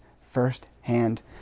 firsthand